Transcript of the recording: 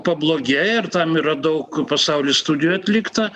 pablogėja ir tam yra daug pasauly studijų atlikta